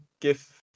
give